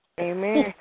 Amen